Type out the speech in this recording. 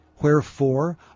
Wherefore